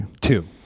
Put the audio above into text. Two